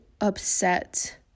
upset